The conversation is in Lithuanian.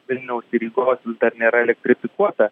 vilniaus ir rygos vis dar nėra elektrifikuota